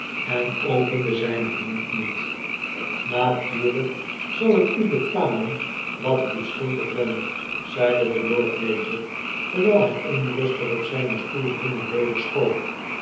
en opende ztjnen mond niet natuurljjk zal ik u betalen wat ikuschuldig ben zeide de lord mayor terwgl hij onrustig op zijnen stoei heen en weder schoof